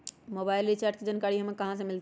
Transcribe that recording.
Mobile recharge के जानकारी कहा से मिलतै?